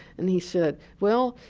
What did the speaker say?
and he said, well,